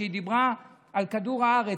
שדיברה על כדור הארץ.